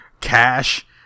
cash